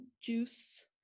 juice